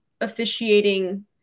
officiating